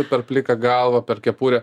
per pliką galvą per kepurę